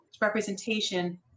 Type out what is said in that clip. representation